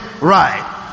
Right